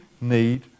need